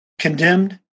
condemned